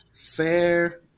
Fair